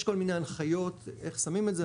יש כל מיני הנחיות איך שמים את זה,